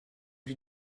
lui